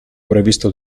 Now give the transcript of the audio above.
previsto